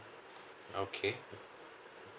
okay